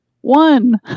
one